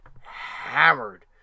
hammered